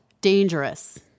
Dangerous